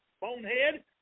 bonehead